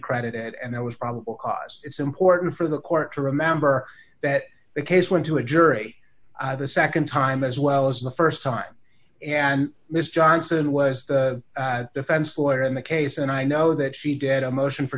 credited and there was probable cause it's important for the court to remember that the case went to a jury the nd time as well as the st time and miss johnson was the defense lawyer in the case and i know that she did a motion for